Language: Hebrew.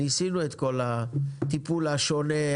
ניסינו את כל הטיפול השונה,